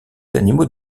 d’animaux